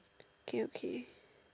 okay okay